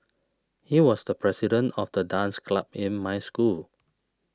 he was the president of the dance club in my school